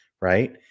right